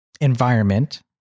environment